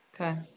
Okay